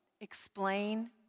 explain